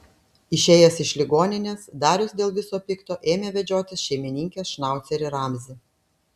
išėjęs iš ligoninės darius dėl viso pikto ėmė vedžiotis šeimininkės šnaucerį ramzį